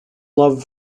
love